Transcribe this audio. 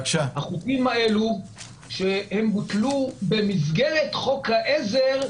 החוקים האלה בוטלו במסגרת חוק העזר,